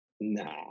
nah